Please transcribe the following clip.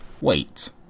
Wait